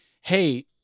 hey